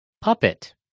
puppet